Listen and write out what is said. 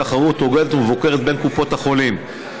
תחרות הוגנת ומבוקרת בין קופות החולים.